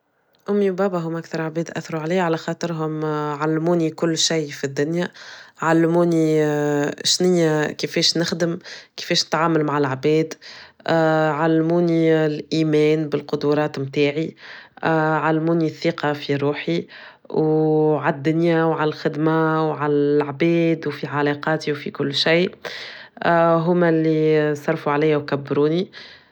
أمي وبابا هما أكثر عباد أثروا علي على خاطرهم علموني كل شي في الدنيا علموني شنيا كيفاش نخدم كيفاش نتعامل مع العباد علموني الإيمان بالقدورات متاعي علموني الثقة في روحي وعالدنيا وعالخدمة وعالعباد وفي علاقاتي وفي كل شي هما اللي صرفوا علي وكبروني.